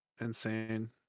insane